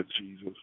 Jesus